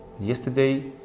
Yesterday